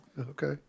Okay